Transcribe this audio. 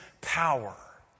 power